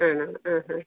ആ അ ഹാ